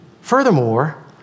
Furthermore